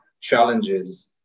challenges